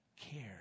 care